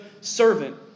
servant